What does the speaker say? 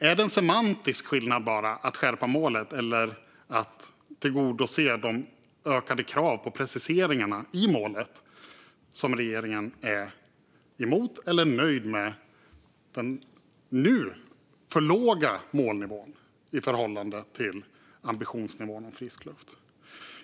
Är det bara en semantisk skillnad mellan att skärpa målet och att tillgodose de ökade krav på preciseringar i målet som regeringen är emot eller är nöjd med? Målnivån är nu alltför låg i förhållande till ambitionen om frisk luft.